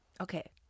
Okay